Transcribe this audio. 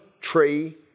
tree